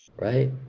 Right